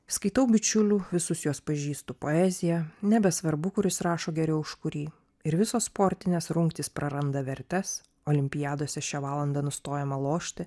skaitau bičiulių visus juos pažįstu poeziją nebesvarbu kuris rašo geriau už kurį ir visos sportinės rungtys praranda vertes olimpiadose šią valandą nustojama lošti